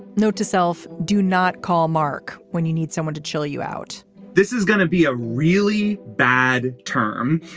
note to self do not call mark when you need someone to chill you out this is gonna be a really bad term.